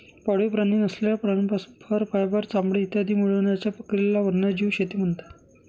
पाळीव प्राणी नसलेल्या प्राण्यांपासून फर, फायबर, चामडे इत्यादी मिळवण्याच्या प्रक्रियेला वन्यजीव शेती म्हणतात